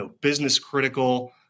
business-critical